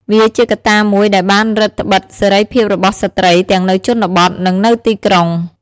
វាជាកត្តាមួយដែលបានរឹតត្បិតសេរីភាពរបស់ស្ត្រីទាំងនៅជនបទ និងនៅទីក្រុង។